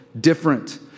different